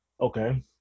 Okay